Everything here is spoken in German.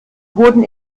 wurden